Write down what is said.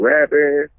Rapping